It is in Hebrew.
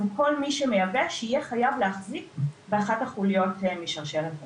כל מי שמייבא שיהיה חייב להחזיק באחת החוליות משרשרת ---,